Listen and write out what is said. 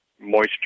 moisture